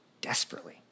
desperately